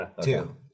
Two